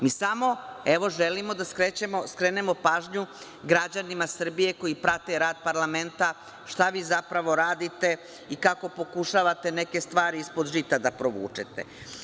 Mi samo želimo da skrenemo pažnju građanima Srbije koji prate rad parlamenta šta vi zapravo radite i kako pokušavate neke stvari ispod žita da provučete.